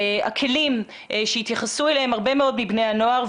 הכלים שהתייחסו אליהם הרבה מאוד מבני הנוער.